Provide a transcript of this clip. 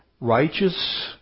Righteous